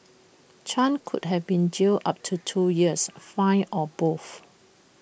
chan could have been jailed up to two years fined or both